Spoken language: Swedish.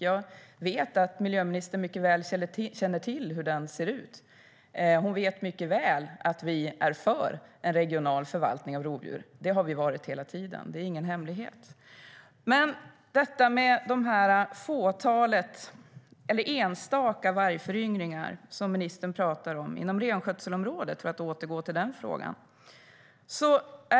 Jag vet att miljöministern mycket väl känner till hur den ser ut. Hon vet mycket väl att vi är för en regional förvaltning av rovdjur. Det har vi varit hela tiden - det är ingen hemlighet. Ministern pratar om de enstaka vargföryngringarna inom renskötselområdet, för att återgå till den frågan.